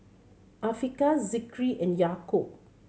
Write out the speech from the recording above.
Afiqah Zikri and Yaakob